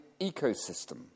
ecosystem